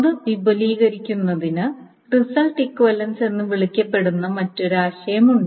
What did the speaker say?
അത് വിപുലീകരിക്കുന്നതിന് result equivalence എന്ന് വിളിക്കപ്പെടുന്ന മറ്റൊരു ആശയമുണ്ട്